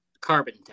carbon